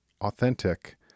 authentic